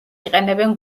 იყენებენ